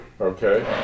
Okay